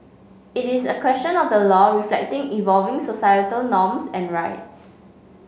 it is a question of the law reflecting evolving societal norms and rights